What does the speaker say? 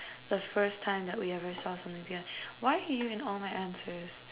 the first time that we ever saw something why are you in all my answers